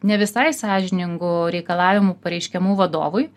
ne visai sąžiningų reikalavimų pareiškiamų vadovui